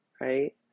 right